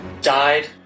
died